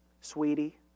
sweetie